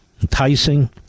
enticing